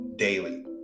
daily